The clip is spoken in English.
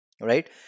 right